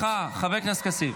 סליחה, חבר הכנסת כסיף.